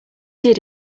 did